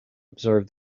observe